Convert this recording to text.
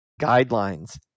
guidelines